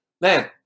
Man